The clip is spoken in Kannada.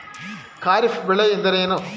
ಖಾರಿಫ್ ಬೆಳೆ ಎಂದರೇನು?